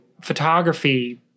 photography